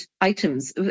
items